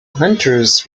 hunters